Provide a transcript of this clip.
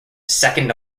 second